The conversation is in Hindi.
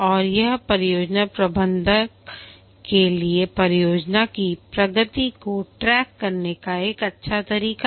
और यह परियोजना प्रबंधक के लिए परियोजना की प्रगति को ट्रैक करने का एक अच्छा तरीका है